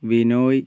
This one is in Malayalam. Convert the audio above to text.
ബിനോയ്